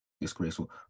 Disgraceful